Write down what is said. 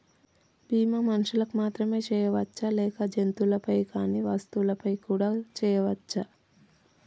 బీమా మనుషులకు మాత్రమే చెయ్యవచ్చా లేక జంతువులపై కానీ వస్తువులపై కూడా చేయ వచ్చా?